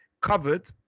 covered